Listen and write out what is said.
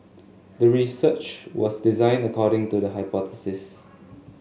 the research was designed according to the hypothesis